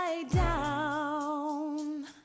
down